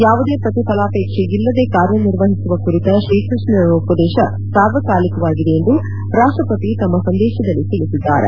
ಯಾವುದೇ ಪ್ರತಿಫಲಾಪೇಕ್ಷೆ ಇಲ್ಲದೆ ಕಾರ್ಯ ನಿರ್ವಹಿಸುವ ಕುರಿತ ಶ್ರೀಕೃಷ್ಣನ ಉಪದೇಶ ಸಾರ್ವಕಾಲಿಕವಾಗಿದೆ ಎಂದು ರಾಷ್ಷಪತಿ ತಮ್ನ ಸಂದೇಶದಲ್ಲಿ ತಿಳಿಸಿದ್ದಾರೆ